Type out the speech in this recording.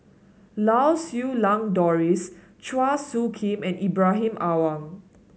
Lau Siew Lang Doris Chua Soo Khim and Ibrahim Awang